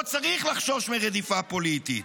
לא צריך לחשוש מרדיפה פוליטית,